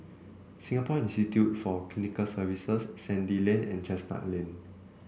Singapore Institute for Clinical Sciences Sandy Lane and Chestnut Lane